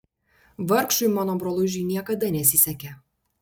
vargšui mano brolužiui niekada nesisekė